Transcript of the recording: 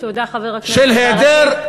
של היעדר,